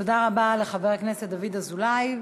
תודה רבה לחבר הכנסת דוד אזולאי.